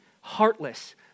heartless